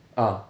ah